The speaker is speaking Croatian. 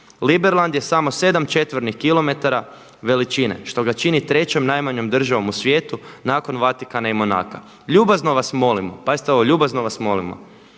Liberland je samo 7 četvornih kilometara veličine što ga čini trećom najmanjom državom u svijetu nakon Vatikana i Monaca. Ljubazno vas molimo, pazite ovo ljubazno vas molimo